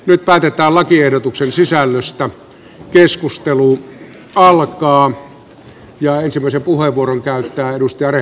nyt päätetään lakiehdotuksen sisällöstä keskustelun allakkaan ja ensimmäisen puheenvuoron käyttää dust ja ne